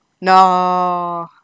No